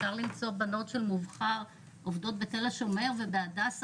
אפשר למצוא בנות של 'מובחר' עובדות בתל השומר ובהדסה.